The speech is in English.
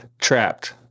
trapped